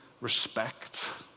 respect